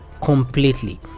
completely